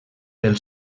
pel